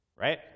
Right